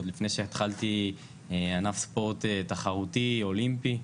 עוד לפני שהתחלתי ענף ספורט תחרותי אולימפי.